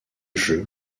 jeu